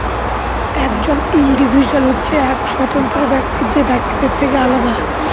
একজন ইন্ডিভিজুয়াল হচ্ছে এক স্বতন্ত্র ব্যক্তি যে বাকিদের থেকে আলাদা